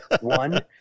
One